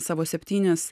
savo septynis